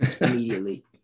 immediately